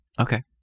Okay